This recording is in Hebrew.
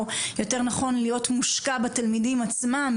או יותר נכון שיהיו מושקעים בתלמידים עצמם,